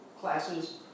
classes